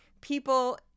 people